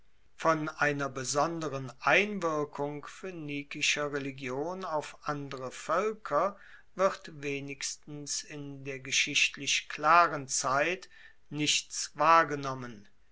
von einer besonderen einwirkung phoenikischer religion auf andere voelker wird wenigstens in der geschichtlich klaren zeit nichts wahrgenommen